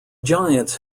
giants